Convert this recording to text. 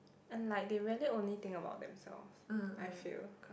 and like they really only think about themselves I feel